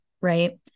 right